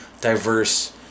diverse